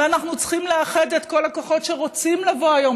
אנחנו צריכים לאחד את כל הכוחות שרוצים לבוא היום